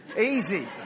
Easy